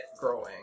growing